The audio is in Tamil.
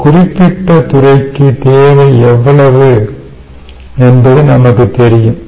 ஒரு குறிப்பிட்ட துறைக்கு தேவை எவ்வளவு என்பது நமக்கு தெரியும்